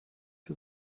für